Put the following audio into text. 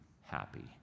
happy